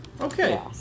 Okay